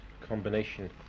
combination